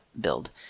build